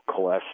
cholesterol